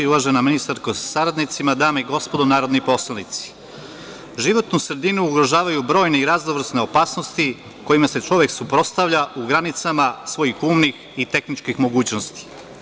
Uvažena ministarko sa saradnicima, dame i gospodo narodni poslanici, životnu sredinu ugrožavaju brojne i raznovrsne opasnosti kojima se čovek suprotstavlja u granicama svojih umnih i tehničkih mogućnosti.